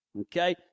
okay